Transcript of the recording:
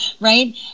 right